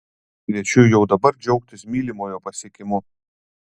kviečiu jau dabar džiaugtis mylimojo pasiekimu